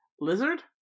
Lizard